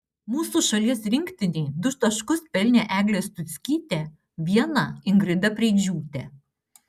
mūsų šalies rinktinei du taškus pelnė eglė stuckytė vieną ingrida preidžiūtė